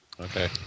okay